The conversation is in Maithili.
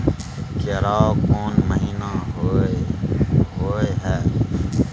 केराव कोन महीना होय हय?